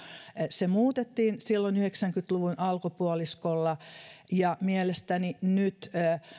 se muutettiin silloin yhdeksänkymmentä luvun alkupuoliskolla ja mielestäni nyt